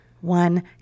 one